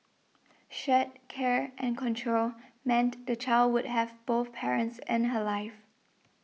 shared care and control meant the child would have both parents in her life